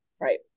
Right